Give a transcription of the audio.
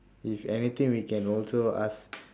if anything we can also ask